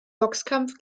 boxkampf